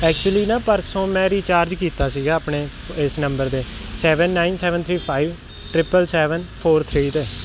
actually ਨਾ ਪਰਸੋਂ ਮੈਂ ਰੀਚਾਰਜ ਕੀਤਾ ਸੀਗਾ ਆਪਣੇ ਇਸ ਨੰਬਰ 'ਤੇ seven nine seven three five triple seven four three 'ਤੇ